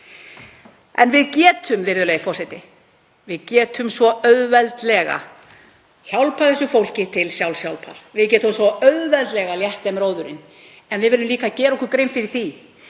En við getum, virðulegi forseti, svo auðveldlega hjálpað þessu fólki til sjálfshjálpar. Við getum svo auðveldlega létt því róðurinn. Við verðum líka að gera okkur grein fyrir því